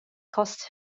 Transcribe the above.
cost